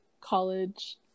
college